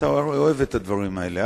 אתה הרי אוהב את הדברים האלה,